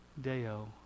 deo